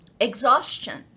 exhaustion